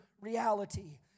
reality